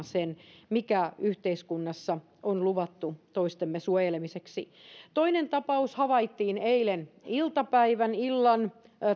sen mikä yhteiskunnassa on luvattu toistemme suojelemiseksi toinen tapaus havaittiin eilen illan